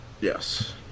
Yes